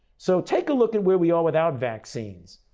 so take a look at where we are without vaccines.